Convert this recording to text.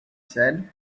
said